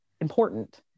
important